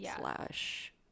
slash